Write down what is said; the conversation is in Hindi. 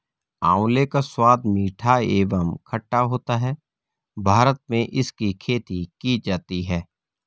आंवले का स्वाद मीठा एवं खट्टा होता है भारत में इसकी खेती की जाती है